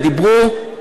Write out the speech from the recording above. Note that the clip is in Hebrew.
ודיברו,